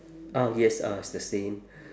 oh yes ah it's the same